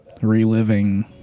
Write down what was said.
reliving